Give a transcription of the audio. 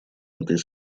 этой